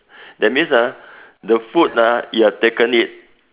that means ah the food ah you have taken it